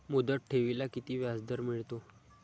मुदत ठेवीला किती व्याजदर मिळतो?